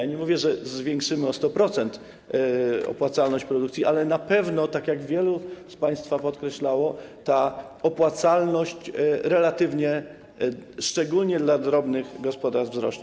Ja nie mówię, że zwiększymy o 100% opłacalność produkcji, ale na pewno, jak wielu z państwa podkreślało, ta opłacalność relatywnie, szczególnie dla drobnych gospodarstw, wzrośnie.